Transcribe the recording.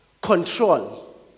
control